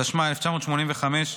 התשמ"ה 1985,